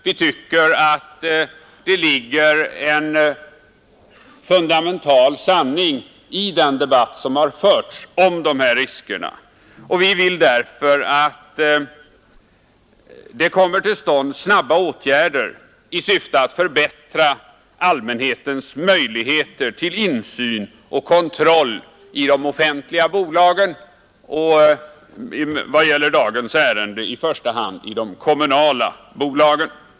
Vi tycker att det ligger en fundamental sanning i den debatt som har förts om dessa risker, och vi vill därför att snabba åtgärder skall komma till stånd i syfte att förbättra allmänhetens möjligheter till insyn och kontroll i de offentliga bolagen — vad gäller dagens ärende i första hand i de kommunala bolagen.